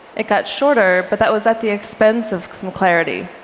it got shorter, but that was at the expense of some clarity.